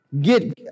get